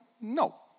No